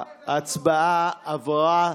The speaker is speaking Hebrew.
ההצבעה עברה,